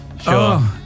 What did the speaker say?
Sure